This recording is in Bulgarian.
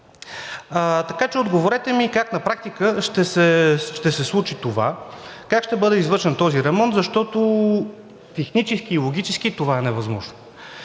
Така че отговорете ми: как на практика ще се случи това; как ще бъде извършен този ремонт, защото технически и логически това е невъзможно?